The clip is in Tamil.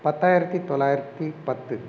பத்தாயிரத்தி தொள்ளாயிரத்தி பத்து